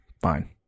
Fine